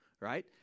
Right